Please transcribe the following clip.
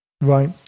Right